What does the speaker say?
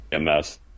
MS